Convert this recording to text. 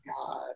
god